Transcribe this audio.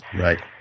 Right